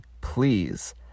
please